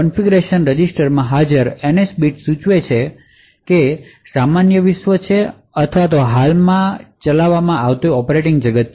configuration register માં હાજર NS bit સૂચવે છે કે શું તે સામાન્ય વિશ્વ છે અથવા હાલમાં ચલાવવામાં આવતી સુરક્ષિત ઑપરેટિંગ જગત છે